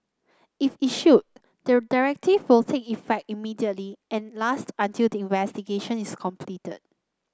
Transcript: if issued the directive will take effect immediately and last until the investigation is completed